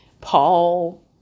Paul